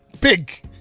Big